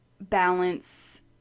balance